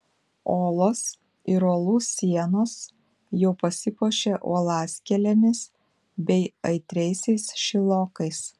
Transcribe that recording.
olos ir uolų sienos jau pasipuošė uolaskėlėmis bei aitriaisiais šilokais